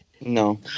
No